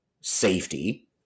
safety